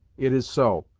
it is so.